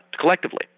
collectively